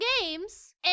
games